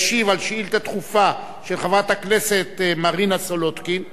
שישיב על שאילתא דחופה של חברת הכנסת מרינה סולודקין שנושאה: